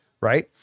right